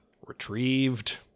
retrieved